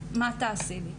מה תעשי לי?